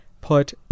put